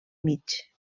mig